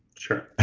sure.